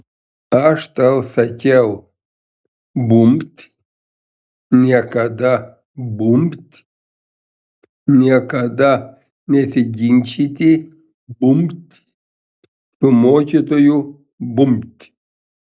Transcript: aš tau sakiau bumbt niekada bumbt niekada nesiginčyti bumbt su mokytoju bumbt